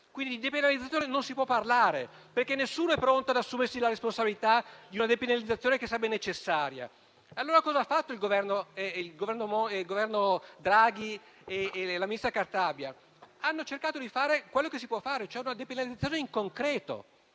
Quindi, di penalizzazione non si può parlare, perché nessuno è pronto ad assumersi la responsabilità di una depenalizzazione che sarebbe necessaria. Allora, cosa hanno fatto il Governo Draghi e la ministra Cartabia? Hanno cercato di fare quello che si può fare, e cioè una depenalizzazione in concreto: